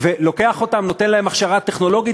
לוקח אותם ונותן להם הכשרה טכנולוגית.